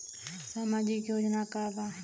सामाजिक योजना का बा?